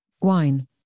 wine